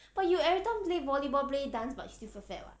but you everytime play volleyball play dance but still so fat [what]